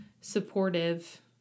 supportive